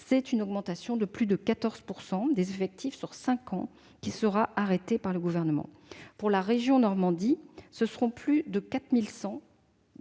soit une augmentation de plus de 14 % des effectifs sur cinq ans qui sera arrêtée par le Gouvernement. Pour la région Normandie, ce seront plus de 4 140